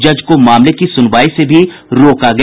जज को मामले की सुनवाई से भी रोका गया